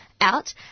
out